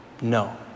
No